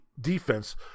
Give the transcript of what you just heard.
defense